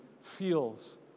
feels